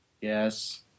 yes